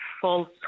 false